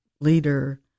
leader